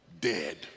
dead